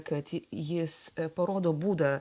kad jis parodo būdą